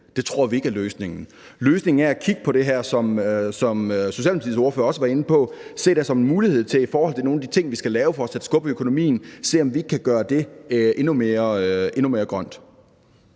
Det tror vi ikke er løsningen. Løsningen er, som Socialdemokratiets ordfører også var inde på, at se det her som en mulighed for at se på, om vi i forhold til nogle af de ting, vi skal lave for at sætte skub i økonomien, ikke kan gøre det endnu mere grønt.